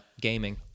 gaming